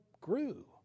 grew